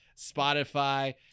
Spotify